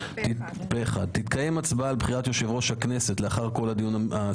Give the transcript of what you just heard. למעשה אנחנו צריכים לבחור יו"ר זמני.